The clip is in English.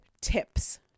tips